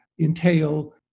entail